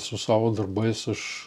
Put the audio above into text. su savo darbais aš